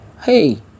Hey